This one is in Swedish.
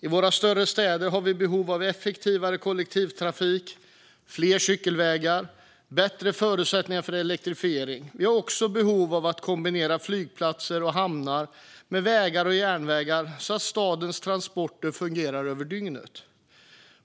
I våra större städer har vi behov av effektivare kollektivtrafik, fler cykelvägar och bättre förutsättningar för elektrifiering. Vi har också behov av att kombinera flygplatser och hamnar med vägar och järnvägar så att stadens transporter fungerar över dygnet.